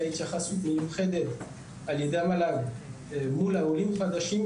התייחסות מיוחדת על ידי המל"ג מול העולים החדשים,